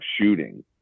shooting